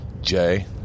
Jay